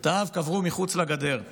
את האב קברו מחוץ לגדר.